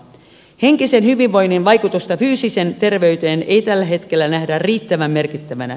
henkisen hyvinvoinnin vaikutusta fyysiseen terveyteen ei tällä hetkellä nähdä riittävän merkittävänä